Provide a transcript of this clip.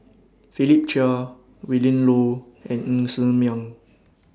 Philip Chia Willin Low and Ng Ser Miang